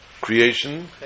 creation